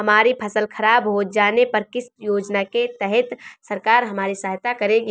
हमारी फसल खराब हो जाने पर किस योजना के तहत सरकार हमारी सहायता करेगी?